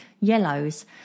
yellows